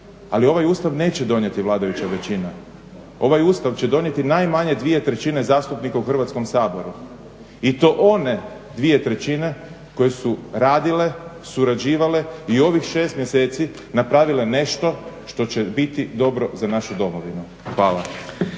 ali ovaj Ustav neće donijeti vladajuća većina, ovaj Ustav će donijeti najmanje 2/3 zastupnika u Hrvatskom saboru, i to one 2/3 koje su radile, surađivale i u ovih 6 mjeseci napravile nešto što će biti dobro za našu domovinu. Hvala.